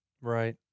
Right